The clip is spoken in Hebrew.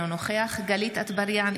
אינו נוכח גלית דיסטל אטבריאן,